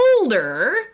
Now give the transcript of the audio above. older